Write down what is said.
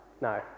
No